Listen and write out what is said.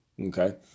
Okay